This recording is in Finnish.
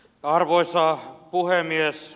arvoisa puhemies